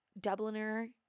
Dubliner